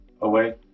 away